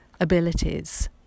abilities